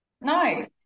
No